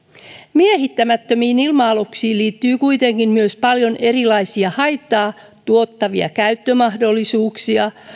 miehittämättömiin ilma aluksiin liittyy kuitenkin myös paljon erilaisia haittaa tuottavia käyttömahdollisuuksia